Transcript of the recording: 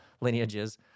lineages